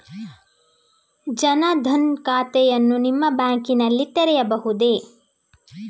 ಜನ ದನ್ ಖಾತೆಯನ್ನು ನಿಮ್ಮ ಬ್ಯಾಂಕ್ ನಲ್ಲಿ ತೆರೆಯಬಹುದೇ?